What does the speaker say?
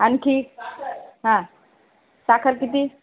आणखी हां साखर किती